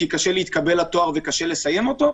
כי קשה להתקבל לתואר וקשה לסיים אותו,